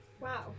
Wow